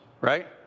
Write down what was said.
Right